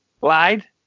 lied